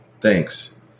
Thanks